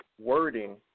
wording